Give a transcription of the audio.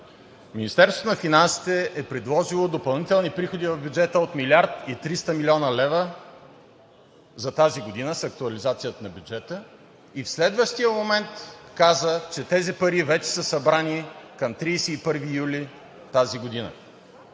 Министерството на финансите е предложило допълнителни приходи в бюджета от 1 млрд. 300 млн. лв. за тази година с актуализацията на бюджета и в следващия момент каза, че тези пари вече са събрани към 31 юли тази година.